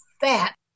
fat